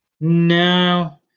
No